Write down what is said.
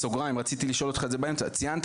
רציתי לשאול אותך את זה באמצע ציינת